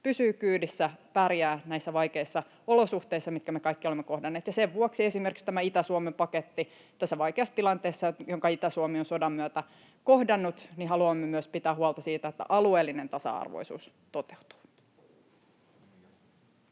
pysyy kyydissä, pärjää näissä vaikeissa olosuhteissa, mitkä me kaikki olemme kohdanneet. Sen vuoksi on esimerkiksi tämä Itä-Suomen paketti tässä vaikeassa tilanteessa, jonka Itä-Suomi on sodan myötä kohdannut — haluamme myös pitää huolta siitä, että alueellinen tasa-arvoisuus toteutuu.